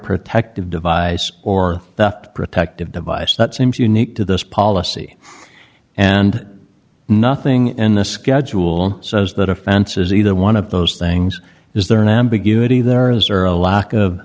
protective device or the protective device that seems unique to this policy and nothing and the schedule says that a fence is either one of those things is there an ambiguity there or is or a lack of